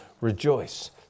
rejoice